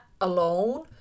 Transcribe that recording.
alone